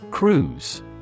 Cruise